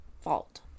fault